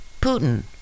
Putin